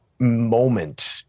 moment